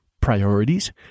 priorities